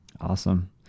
awesome